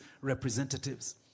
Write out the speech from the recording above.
representatives